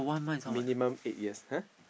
minimum eight years